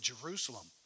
Jerusalem